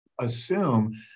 assume